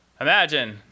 Imagine